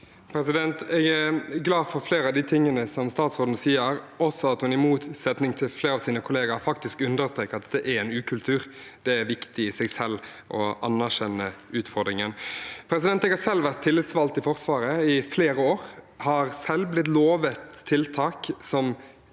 Jeg er glad for fle- re av de tingene som statsråden sier, også at hun, i motsetning til flere av sine kollegaer, faktisk understreker at dette er en ukultur. Det er viktig i seg selv å anerkjenne utfordringen. Jeg har selv vært tillitsvalgt i Forsvaret i flere år, og jeg har selv blitt lovet tiltak som